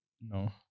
no